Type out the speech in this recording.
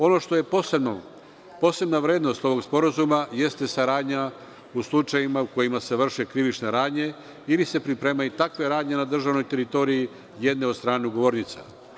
Ono što je posebna vrednost ovog sporazuma jeste saradnja u slučajevima u kojima se vrše krivične radnje ili se pripremaju takve radnje na državnoj teritoriji jedne od strane ugovornica.